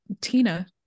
Tina